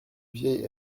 vieil